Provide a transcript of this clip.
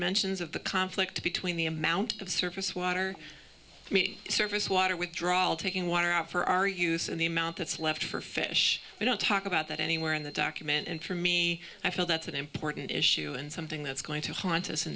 mentions of the conflict between the amount of surface water i mean surface water withdrawal taking water out for our use and the amount that's left for fish i don't talk about that anywhere in the document and for me i feel that's an important issue and something that's going to haunt us in